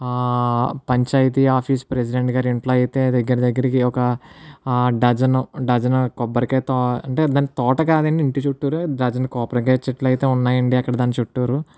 panchayat office president గారి ఇంట్లో అయితే దగ్గర దగ్గరగా ఒక డజను డజను కొబ్బరికాయ అంటే తోట కాదు కాని ఇంటి చుట్టూరా డజను కొబ్బరి కాయ చెట్లు అయితే ఉన్నాయండి అక్కడ దాని చుట్టూరా